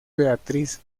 beatriz